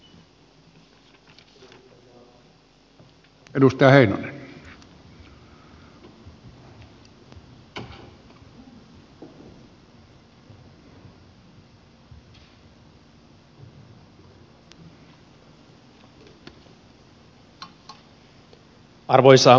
arvoisa puhemies